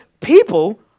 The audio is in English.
people